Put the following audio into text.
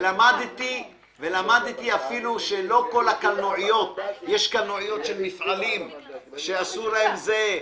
ולמדתי אפילו שלא כל קלנועיות יש קלנועיות של מפעלים שאסור להם זה.